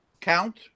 count